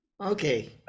okay